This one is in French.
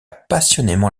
passionnément